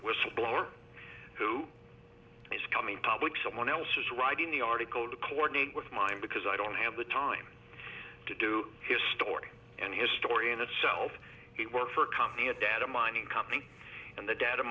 whistleblower who is coming public someone else is writing the article to coordinate with mine because i don't have the time to do his story and historian a self he worked for a company a data mining company and the data